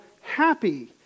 happy